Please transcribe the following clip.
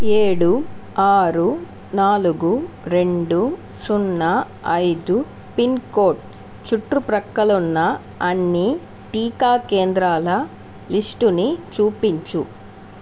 ఏడు ఆరు నాలుగు రెండు సున్నా ఐదు పిన్కోడ్ చుట్టు ప్రక్కలున్న అన్ని టీకా కేంద్రాల లిస్టుని చూపించు